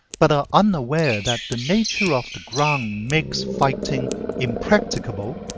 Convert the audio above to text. but are unaware that the nature of the ground makes fighting impracticable,